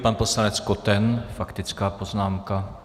Pan poslanec Koten, faktická poznámka.